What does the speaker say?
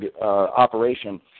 operation